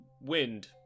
wind